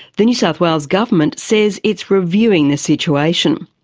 the new south wales government says it's reviewing the situation.